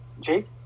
Jake